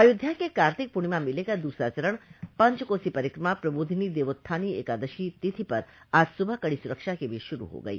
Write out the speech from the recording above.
अयोध्या के कार्तिक पूर्णिमा मेले का दूसरा चरण पंचकोसी परिक्रमा प्रबोधनी देवोत्थानी एकादशी तिथि पर आज सुबह कड़ी सुरक्षा के बीच शुरू हो गई